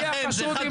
הגיע חשוד,